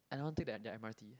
I don't take at the M_R_T